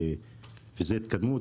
זו התקדמות,